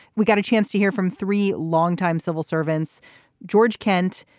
we got a chance to hear from three longtime civil servants george kent.